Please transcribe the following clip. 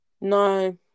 No